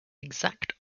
exact